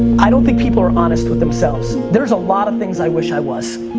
i don't think people are honest with themselves. there's a lot of things i wish i was.